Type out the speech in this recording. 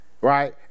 right